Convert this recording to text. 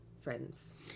friends